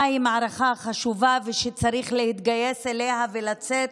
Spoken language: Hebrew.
היא מערכה חשובה ושצריך להתגייס אליה ולצאת